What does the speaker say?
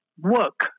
work